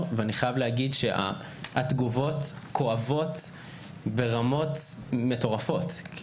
ואני חייב להגיד שהתגובות כואבות ברמות מטורפות.